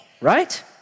Right